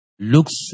looks